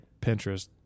Pinterest